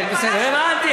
כן, בסדר, הבנתי,